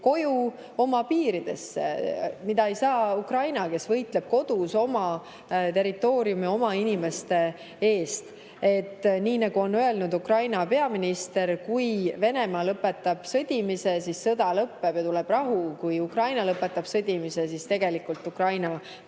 koju, oma piiridesse, mida ei saa aga Ukraina, kes võitleb kodus oma territooriumi, oma inimeste eest. Nii nagu on öelnud Ukraina peaminister: kui Venemaa lõpetab sõdimise, siis sõda lõpeb ja tuleb rahu, kui Ukraina lõpetab sõdimise, siis Ukraina